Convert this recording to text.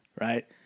right